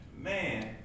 man